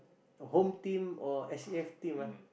Home-Team or s_e_f team ah